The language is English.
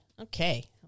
Okay